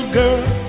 girl